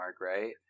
right